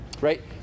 right